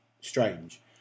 Strange